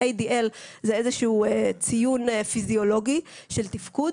ADL זה איזשהו ציון פיזיולוגי של תפקוד,